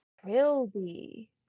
Trilby